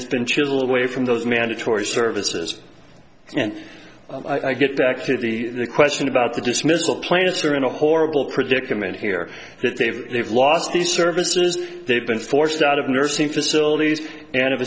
it's been chill away from those mandatory services and i get back to the question about the dismissal planets are in a horrible predicament here that they've they've lost these services they've been forced out of nursing facilities and of